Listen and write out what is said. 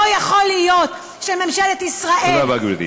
לא יכול להיות שממשלת ישראל, תודה רבה, גברתי.